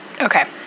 Okay